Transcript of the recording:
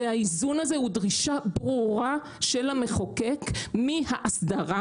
והאיזון הזה הוא דרישה ברורה של המחוקק מהאסדרה